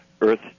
earth